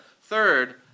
Third